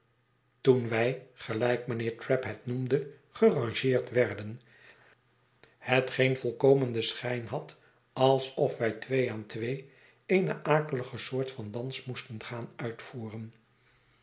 toen wij gelijk mijnheer trabb het noemde gerangeerct werden hetgeen volkomen den schijn had alsof wij twee aan twee eene akelige soort van dans moesten gaan uitvoeren